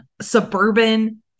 suburban